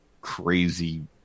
crazy